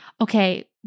Okay